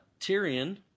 Tyrion